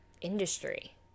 industry